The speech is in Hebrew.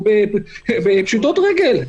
אנחנו בפשיטות רגל.